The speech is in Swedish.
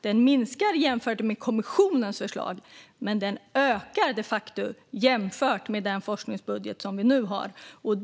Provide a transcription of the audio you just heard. Den minskar i jämförelse med kommissionens förslag, men den ökar de facto i jämförelse med den forskningsbudget som vi har nu.